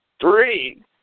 Three